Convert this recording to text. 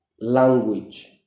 language